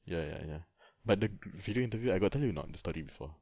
ya ya ya but the gr~ video interview I got tell you or not the story before